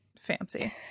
fancy